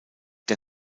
der